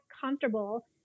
comfortable